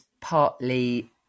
partly